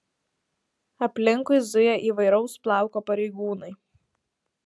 aplinkui zuja įvairaus plauko pareigūnai